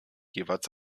jeweils